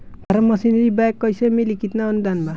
Form machinery bank कैसे मिली कितना अनुदान बा?